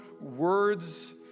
words